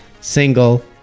single